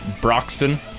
Broxton